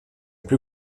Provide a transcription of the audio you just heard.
plus